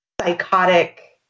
psychotic